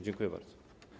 Dziękuję bardzo.